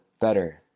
better